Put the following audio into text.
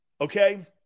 okay